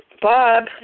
bob